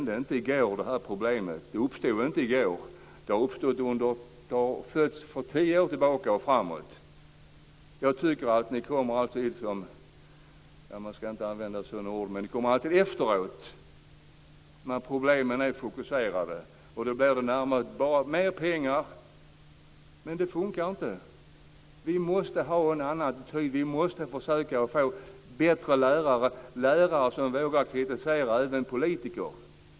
Det här problemet uppstod inte i går utan har tillkommit under de senaste tio åren. När problemen blivit fokuserade kommer det bara att anslås mer pengar, men det funkar inte. Vi måste försöka få bättre lärare, dvs. lärare som vågar kritisera även politiker.